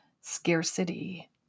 scarcity